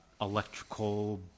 electrical